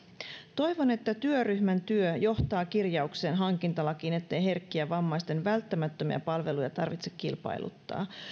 toivon että työryhmän työ johtaa hankintalain kirjaukseen ettei herkkiä vammaisten välttämättömiä palveluja tarvitse kilpailuttaa